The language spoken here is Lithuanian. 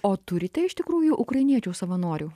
o turite iš tikrųjų ukrainiečių savanorių